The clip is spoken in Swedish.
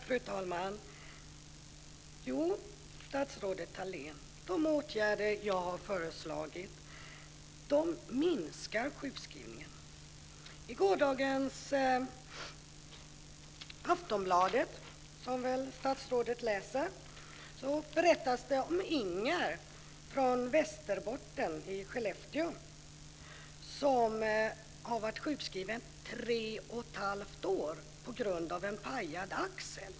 Fru talman! De åtgärder jag har föreslagit minskar sjukskrivningarna, statsrådet Thalén. I gårdagens Aftonbladet, som jag tror att statsrådet läser, berättas det om Inger från Skellefteå i Västerbotten, som har varit sjukskriven i tre och ett halvt år på grund av en pajad axel.